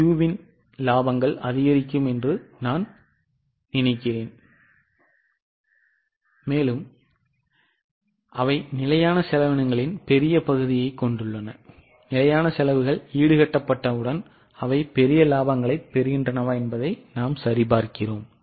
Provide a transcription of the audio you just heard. Q இன் இலாபங்கள் அதிகரிக்கும் என்று நான் நினைக்கிறேன் ஏனெனில் அவை நிலையான செலவினங்களின் பெரிய பகுதியைக் கொண்டுள்ளன நிலையான செலவுகள் ஈடுகட்டப்பட்டவுடன் அவை இலாபங்களைப் பெறுகின்றன என்பதை நாம் சரிபார்க்கிறோம்